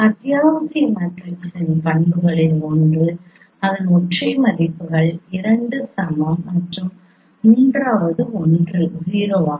அத்தியாவசிய மேட்ரிக்ஸின் பண்புகளில் ஒன்று அதன் ஒற்றை மதிப்புகள் இரண்டு சமம் மற்றும் மூன்றாவது ஒன்று 0 ஆகும்